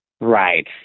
Right